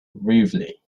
ruefully